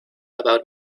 about